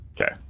Okay